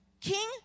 King